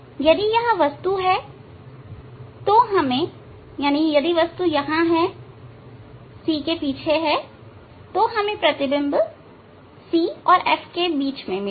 यदि यह वस्तु है तो हमें प्रतिबिंब C और F के बीच में मिलेगा